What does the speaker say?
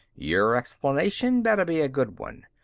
your explanation better be a good one.